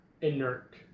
inert